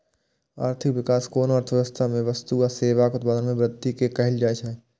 आर्थिक विकास कोनो अर्थव्यवस्था मे वस्तु आ सेवाक उत्पादन मे वृद्धि कें कहल जाइ छै